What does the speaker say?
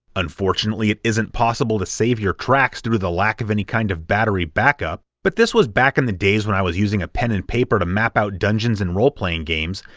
unfortunately it isn't possible to save your tracks due to the lack of any kind of battery back-up, but this was back in the days when i was using a pen and paper to map out dungeons in role-playing games,